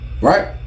right